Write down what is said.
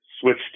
switched